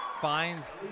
finds